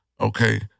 Okay